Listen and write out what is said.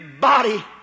body